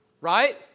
right